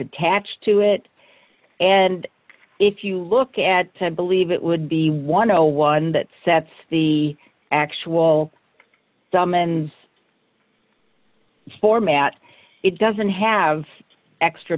attached to it and if you look at ted believe it would be one o one that sets the actual sum and format it doesn't have extra